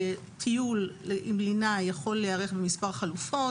טיול עם לינה יכול להיערך במספר חלופות,